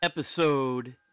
Episode